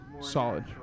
Solid